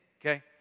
okay